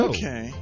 Okay